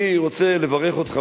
אני רוצה לברך אותך,